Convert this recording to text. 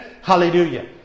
Hallelujah